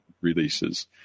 releases